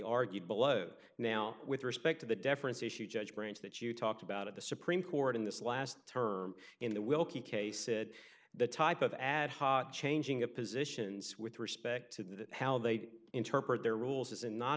argued below now with respect to the deference issue judgments that you talked about at the supreme court in this last term in the wilkie case it the type of ad hoc changing of positions with respect to how they interpret their rules and not